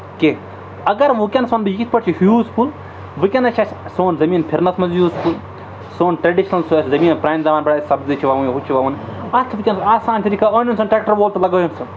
کیٚنہہ اگر وٕکٮ۪نَس وَنہٕ بہٕ یہِ پٲٹھۍ چھُ یوٗزفُل وٕکٮ۪نَس چھِ اَسہِ سون زٔمیٖن پھِرنَس منٛز یوٗزفُل سون ٹرٛیڈِشنَل چھُ اَسہِ زٔمیٖن پرٛانہِ زمانہٕ پٮ۪ٹھ اَسہِ سبزی چھِ وَوُن ہُہ چھِ وَوُن اَتھ چھِ وٕکٮ۪نَس آسان طریٖقہٕ أنۍوُن سا ٹرٛیکٹَر وول تہٕ لَگٲیوُن سا